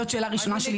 זאת שאלה ראשונה שלי.